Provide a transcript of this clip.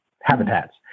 habitats